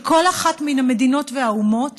של כל אחת מן המדינות והאומות,